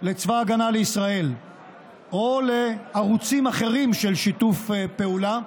לצבא ההגנה לישראל או לערוצים אחרים של שיתוף פעולה,